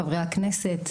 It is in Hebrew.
חברי הכנסת,